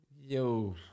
Yo